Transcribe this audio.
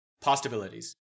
Possibilities